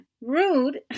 Rude